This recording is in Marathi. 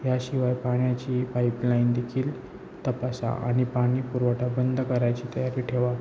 ह्याशिवाय पाण्याची पाईपलाईन देखील तपासा आणि पाणी पुरवठा बंद करायची तयारी ठेवा